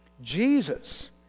Jesus